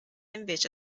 invece